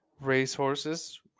racehorses